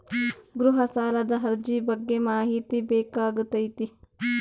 ಗೃಹ ಸಾಲದ ಅರ್ಜಿ ಬಗ್ಗೆ ಮಾಹಿತಿ ಬೇಕಾಗೈತಿ?